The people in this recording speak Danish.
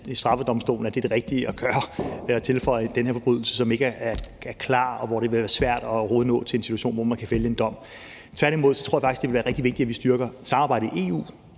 i straffedomstolen – at det er det rigtige at gøre, altså at tilføje den her forbrydelse, som ikke er klar, og hvor det vil være svært overhovedet at nå til en situation, hvor man kan fælde en dom. Tværtimod tror jeg faktisk, at det vil være rigtig vigtigt, at vi styrker samarbejdet i EU